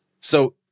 So-